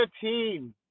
team